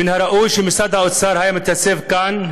מן הראוי שמשרד האוצר היה מתייצב כאן,